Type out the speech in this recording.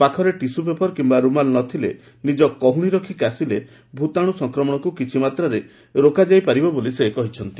ପାଖରେ tissue paper କିମ୍ବା ରୁମାଲ ନଥିଲେ ନିଜର କହୁଣିର ରଖି କାଶିଲେ ଭୂତାଶୁ ସଂକ୍ରମଣକୁ କିଛିମାତ୍ରାରେ ରୋକାଯାଇ ପାରିବ ବୋଲି ସେ କହିଛନ୍ତି